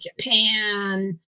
Japan